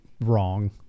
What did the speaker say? wrong